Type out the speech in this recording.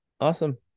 Awesome